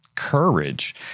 Courage